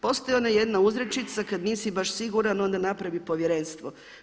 Postoji ona jedna uzrečica, kada nisi baš siguran onda napravi povjerenstvo.